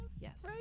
yes